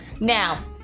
Now